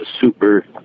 super